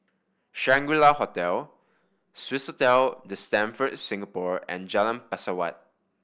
Shangri La Hotel Swissotel The Stamford Singapore and Jalan Pesawat